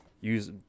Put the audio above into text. use